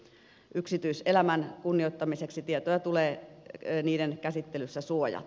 yksityiselämän kunnioittamiseksi tietoja tulee niiden käsittelyssä suojata